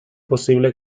posible